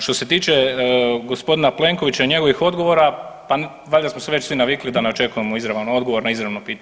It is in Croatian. Što se tiče gospodina Plenkovića i njegovih odgovora, pa valjda smo se već svi navikli da ne očekujemo izravan odgovor na izravno pitanje.